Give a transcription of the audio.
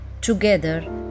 together